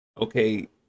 Okay